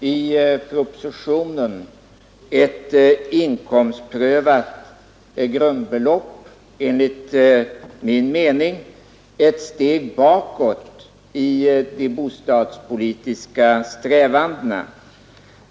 i propositionen, ett inkomstprövat grundbelopp, enligt min mening ett steg bakåt i de bostadspolitiska strävandena.